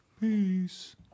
peace